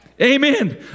amen